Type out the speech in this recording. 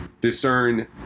discern